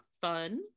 fun